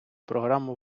програму